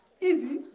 easy